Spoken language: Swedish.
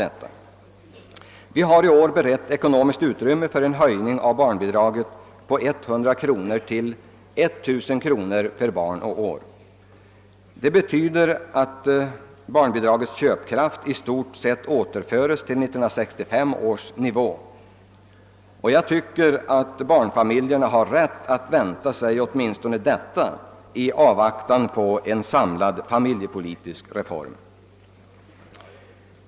I år har centern och folkpartiet beretts ekonomiskt utrymme för en höjning av barnbidraget med 100 kronor till 1000 kronor per barn och år. Detta betyder att barnbidragets köpkraft i stort sett återförs till 1965 års nivå, och jag tycker att barnfamiljerna har rätt att vänta sig åtminstone detta i avvaktan på en samlad familjepolitisk reform.